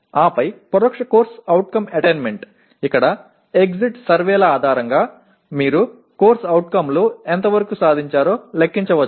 ఆపై పరోక్ష CO attainment ఇక్కడ ఎగ్జిట్ సర్వేల ఆధారంగా మీరు CO లు ఎంతవరకు సాధించారో లెక్కించవచ్చు